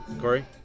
Corey